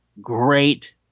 great